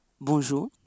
bonjour